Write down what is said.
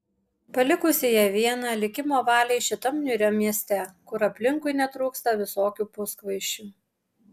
palikusi ją vieną likimo valiai šitam niūriam mieste kur aplinkui netrūksta visokių puskvaišių